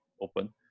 open